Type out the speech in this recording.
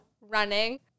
running